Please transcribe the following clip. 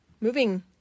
moving